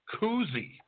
koozie